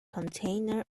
container